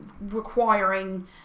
requiring